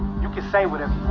you can say whatever